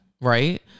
right